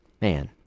man